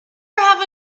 have